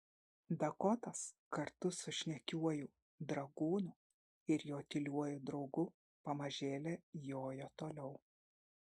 dakotas kartu su šnekiuoju dragūnu ir jo tyliuoju draugu pamažėle jojo toliau